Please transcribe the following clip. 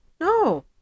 no